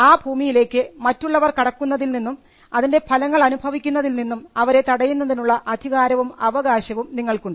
ആ ഭൂമിയിലേക്ക് മറ്റുള്ളവർ കടക്കുന്നതിൽനിന്നും അതിൻറെ ഫലങ്ങൾ അനുഭവിക്കുന്നതിൽനിന്നും അവരെ തടയുന്നതിനുള്ള അധികാരവും അവകാശവും നിങ്ങൾക്കുണ്ട്